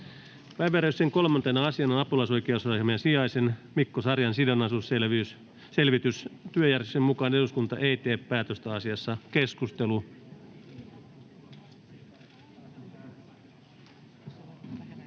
Päiväjärjestyksen 3. asiana on apulaisoikeusasiamiehen sijaisen Mikko Sarjan sidonnaisuusselvitys. Työjärjestyksen mukaan eduskunta ei tee päätöstä asiasta. [Speech